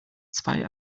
zwei